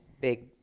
big